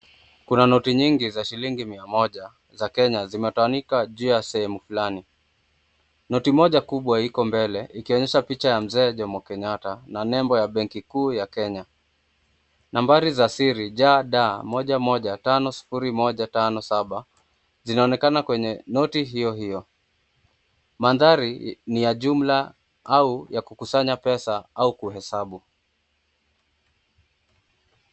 Kuna noti nyingi za shilingi mia moja za Kenya zimetanika juu ya sehemu fulani . Noti moja kubwa iko mbele ikionyesha picha ya Mzee Jomo Kenyatta na nembo ya benki kuu ya Kenya , nambari za siri ja da moja tano moja tano sufuri saba zinaonekana kwenye noti hiyo hiyo . Mandhari ni ya jumla au ya kukusanya pesa au kuhesabu .